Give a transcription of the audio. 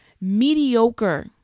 mediocre